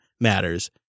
matters